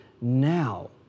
now